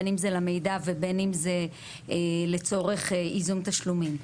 בין אם זה למידע ובין אם זה לצורך איזון תשלומים.